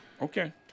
okay